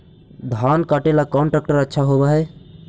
धान कटे ला कौन ट्रैक्टर अच्छा होबा है?